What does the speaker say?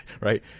right